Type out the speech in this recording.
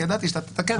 כי ידעתי שאתה תתקן,